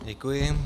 Děkuji.